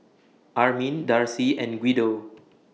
Armin Darcy and Guido